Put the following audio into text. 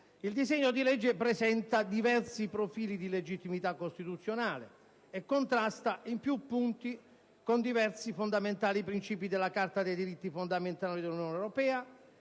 Il disegno di legge presenta diversi profili di illegittimità costituzionale e contrasta in più punti con diversi, sostanziali principi della Carta dei diritti fondamentali dell'Unione europea